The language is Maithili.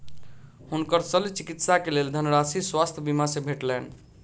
हुनकर शल्य चिकित्सा के लेल धनराशि स्वास्थ्य बीमा से भेटलैन